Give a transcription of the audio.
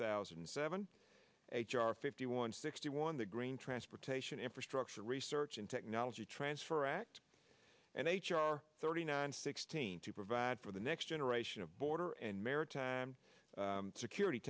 thousand and seven h r fifty one sixty one the green transportation infrastructure research and technology transfer act and h r thirty nine sixteen to provide for the next generation of border and maritime security